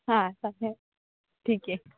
हां चालेल ठीक आहे